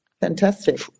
Fantastic